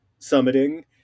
summiting